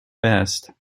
best